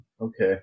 Okay